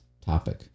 topic